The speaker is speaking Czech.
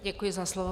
Děkuji za slovo.